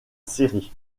série